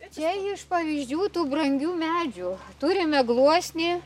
jei iš pavyzdžių tų brangių medžių turime gluosnį